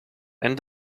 and